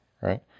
right